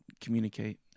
communicate